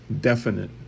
definite